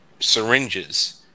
Syringes